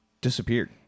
disappeared